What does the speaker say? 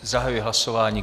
Zahajuji hlasování.